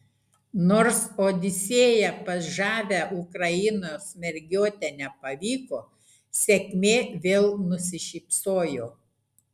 nors odisėja pas žavią ukrainos mergiotę nepavyko sėkmė vėl nusišypsojo